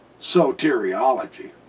soteriology